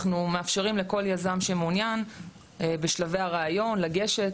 אנחנו מאפשרים לכל יזם שמעוניין בשלבי הריאיון לגשת,